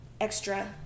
extra